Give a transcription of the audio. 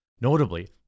notably